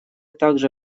также